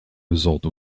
result